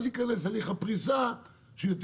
אז יכנס הליך הפריסה שהוא מה שנקרא,